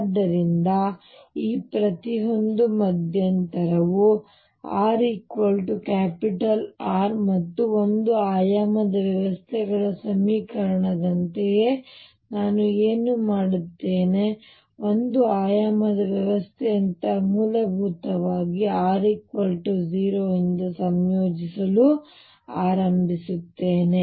ಆದ್ದರಿಂದ ಈ ಪ್ರತಿಯೊಂದು ಮಧ್ಯಂತರವು r R ಮತ್ತು ಒಂದು ಆಯಾಮದ ವ್ಯವಸ್ಥೆಗಳ ಸಮೀಕರಣದಂತೆಯೇ ನಾನು ಏನು ಮಾಡುತ್ತೇನೆ ಒಂದು ಆಯಾಮದ ವ್ಯವಸ್ಥೆಯಂತಹ ಮೂಲಭೂತವಾಗಿ ನಾನು r 0 ರಿಂದ ಸಂಯೋಜಿಸಲು ಆರಂಭಿಸುತ್ತೇನೆ